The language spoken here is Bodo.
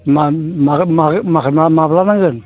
माब्ला नांंगोन